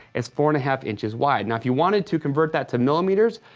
is four and a half inches wide. now, if you wanted to convert that to millimeters,